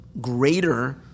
greater